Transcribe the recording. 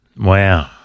Wow